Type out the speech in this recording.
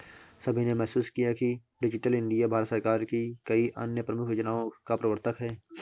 सभी ने महसूस किया है कि डिजिटल इंडिया भारत सरकार की कई अन्य प्रमुख योजनाओं का प्रवर्तक है